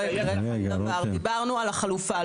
דברנו על החלופה.